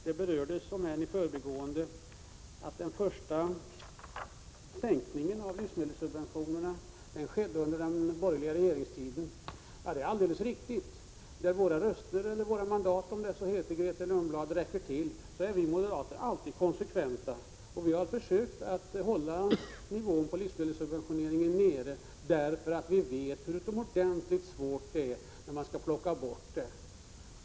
Det berördes, om än i förbigående, att den första sänkningen av livsmedelssubventionerna skedde under den borgerliga regeringstiden. Ja, det är alldeles riktigt. När våra mandat räcker till, är vi moderater alltid konsekventa. Vi har försökt hålla nivån på livsmedelssubventionerna nere, därför att vi vet hur utomordentligt svårt det är när man skall plocka bort dem.